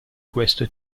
questo